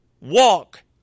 walk